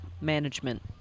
Management